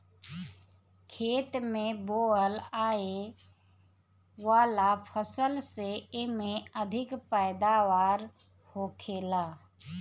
खेत में बोअल आए वाला फसल से एमे अधिक पैदावार होखेला